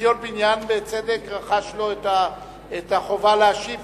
ציון פיניאן בצדק רכש לו את החובה להשיב,